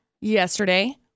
yesterday